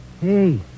Hey